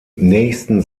nächsten